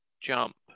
jump